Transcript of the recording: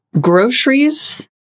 groceries